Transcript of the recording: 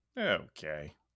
Okay